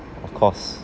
of course